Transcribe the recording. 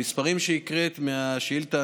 המספרים שהקראת מהשאילתה,